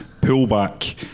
pullback